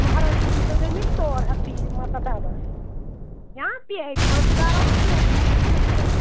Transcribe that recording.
مہرٲجی دیٖتو تُہۍ مٕتۍ ژور ہَتھ پی مطلب ڈَبَس یا پَیٹہِ منٛزٕے بَرو تہٕ کیٚنٛہہ چھُنہٕ تہِ چھُنہٕ کیٚنٛہہ